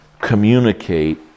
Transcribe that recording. communicate